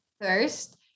first